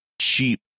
cheap